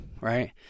right